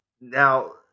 Now